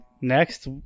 Next